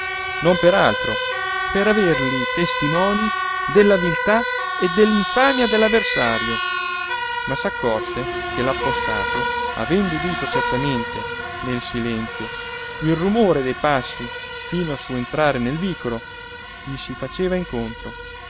non per altro per averli testimonii della viltà dell'infamia dell'avversario ma s'accorse che l'appostato avendo udito certamente nel silenzio il rumore dei passi fin dal suo entrare nel vicolo gli si faceva incontro